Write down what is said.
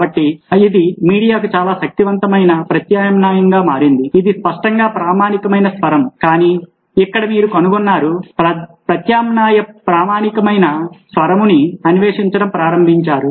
కాబట్టి ఇది మీడియాకు చాలా శక్తివంతమైన ప్రత్యామ్నాయంగా మారింది ఇది స్పష్టంగా ప్రామాణికమైన స్వరము కానీ ఇక్కడ మీరు కనుగొన్నారు ప్రత్యామ్నాయ ప్రామాణికమైన స్వరముని అన్వేషించడం ప్రారంభించారు